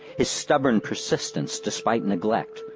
his stubborn persistence despite neglect,